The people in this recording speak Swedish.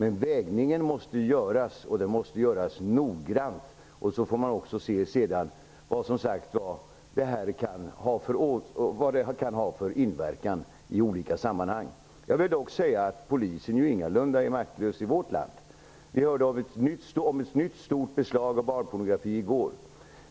En avvägning måste göras och göras noggrant. Sedan får man se vad det kan ha för inverkan i olika sammanhang. Jag vill dock säga att polisen ingalunda är maktlös i vårt land. Polisen har gjort ett nytt stort beslag av barnpornografi i går.